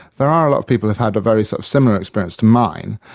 there are a lot of people who've had a very sort of similar experience to mine.